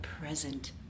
present